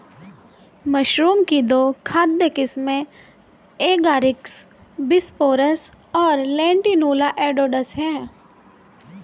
mushroom की दो खाद्य किस्में एगारिकस बिस्पोरस और लेंटिनुला एडोडस है